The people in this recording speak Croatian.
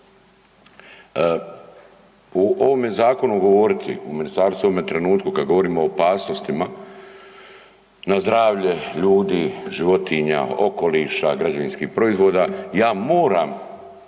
U ovome zakonu govoriti, u ministarstvu u ovome trenutku kad govorimo o opasnostima na zdravlje ljudi, životinja, okoliša, građevinskih proizvoda ja moram